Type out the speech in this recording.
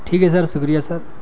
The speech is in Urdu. ٹھیک ہے سر شکریہ سر